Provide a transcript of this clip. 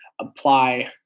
apply